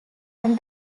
and